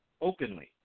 openly